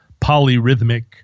polyrhythmic